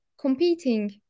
competing